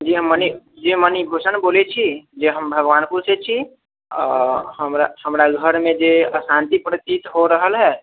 जी हम मणि जी हम मणीभूषण बोलैत छी जे हम भगवानपुर से छी हमरा हमरा घरमे जे अशान्ति प्रतीत हो रहल हइ